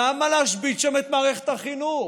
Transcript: למה להשבית שם את מערכת החינוך?